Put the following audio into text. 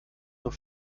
nur